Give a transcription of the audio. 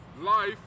life